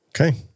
Okay